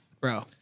Bro